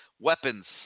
weapons